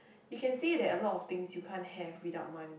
you can say that a lot of things you can't have without money